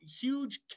huge